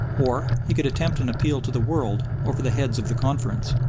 or he could attempt an appeal to the world over the heads of the conference.